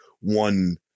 one